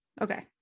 Okay